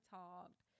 talked